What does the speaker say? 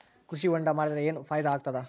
ಕೃಷಿ ಹೊಂಡಾ ಮಾಡದರ ಏನ್ ಫಾಯಿದಾ ಆಗತದ?